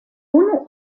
unu